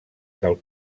del